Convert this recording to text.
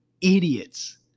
idiots